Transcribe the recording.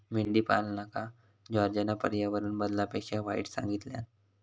मेंढीपालनका जॉर्जना पर्यावरण बदलापेक्षा वाईट सांगितल्यान